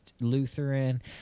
Lutheran